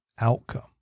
outcome